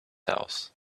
house